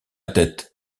tête